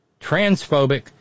transphobic